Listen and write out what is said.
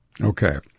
Okay